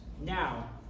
Now